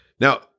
now